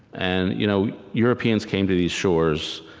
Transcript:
and you know europeans came to these shores,